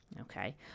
Okay